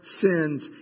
sins